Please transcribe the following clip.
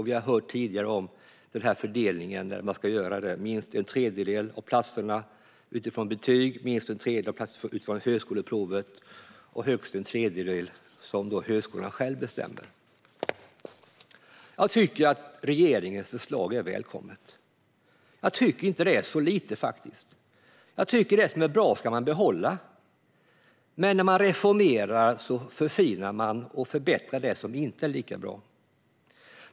Vi har hört tidigare om den fördelning som ska göras: minst en tredjedel av platserna utifrån betyg, minst en tredjedel av platserna utifrån högskoleprovet och högst en tredjedel som högskolan själv bestämmer. Jag tycker att regeringens förslag är välkommet. Detta tycker jag faktiskt inte så lite. Det som är bra ska man behålla, men när man reformerar förfinar och förbättrar man det som inte är lika bra.